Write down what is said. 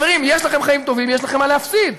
חברים, יש לכם חיים טובים, יש לכם מה להפסיד,